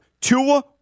Tua